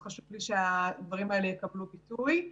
חשוב לי שהדברים האלה יקבלו ביטוי.